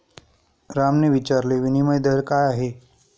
रामने विचारले, विनिमय दर काय आहे?